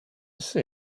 see